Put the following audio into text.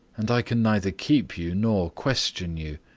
and i can neither keep you nor question you.